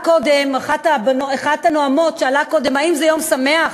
אחת הנואמות שאלה קודם: האם זה יום שמח?